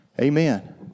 Amen